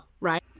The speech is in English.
right